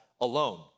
alone